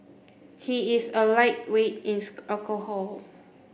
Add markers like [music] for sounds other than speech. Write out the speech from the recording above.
he is a lightweight in [unintelligible] alcohol